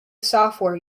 software